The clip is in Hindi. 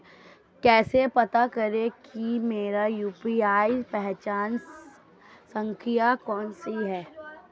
कैसे पता करें कि मेरी यू.पी.आई पहचान संख्या कौनसी है?